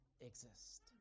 exist